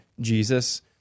Jesus